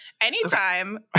Anytime